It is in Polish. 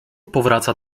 powraca